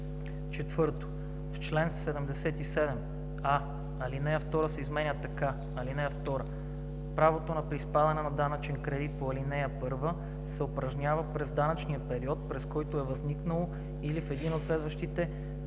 4. В чл. 77: а) алинея 2 се изменя така: „(2) Правото на приспадане на данъчен кредит по ал. 1 се упражнява през данъчния период, през който е възникнало, или в един от следващите